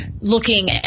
looking